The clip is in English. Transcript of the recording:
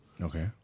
Okay